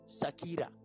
Sakira